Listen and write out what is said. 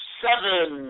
seven